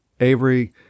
Avery